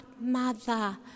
mother